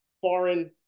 foreign